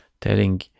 telling